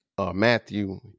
Matthew